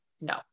no